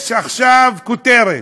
יש עכשיו כותרת: